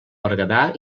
berguedà